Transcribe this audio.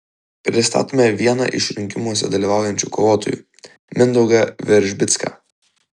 pristatome vieną iš rinkimuose dalyvaujančių kovotojų mindaugą veržbicką